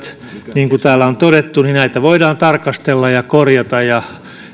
niin kuin täällä on todettu voidaan tarkastella ja korjata ja